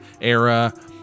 era